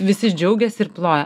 visi džiaugiasi ir ploja